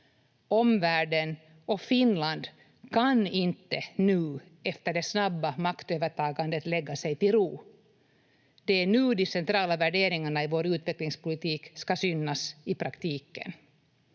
Omvärlden och Finland kan inte nu efter det snabba maktövertagandet lägga sig till ro. Det är nu de centrala värderingarna i vår utvecklingspolitik ska synas i praktiken.